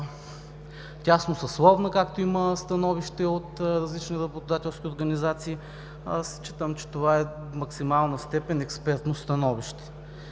тясносъсловна, както има и становище от различни работодателски организации. Считам, че това становище в максимална степен е експертно. В становището